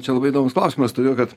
čia labai įdomua klausimas todėl kad